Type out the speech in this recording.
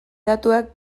datuak